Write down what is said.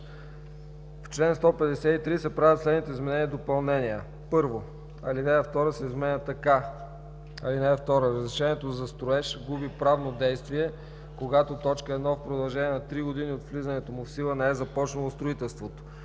В чл. 153 се правят следните изменения и допълнения: 1. Алинея 2 се изменя така: „(2) Разрешението за строеж губи правно действие, когато: 1. в продължение на 3 години от влизането му в сила не е започнало строителството;